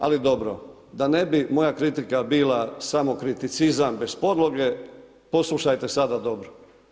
Ali dobro da ne bi moja kritika bila smo kriticizam bez podloge poslušajte sada dobro.